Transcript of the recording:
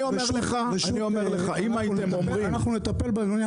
אנחנו נטפל בעניין,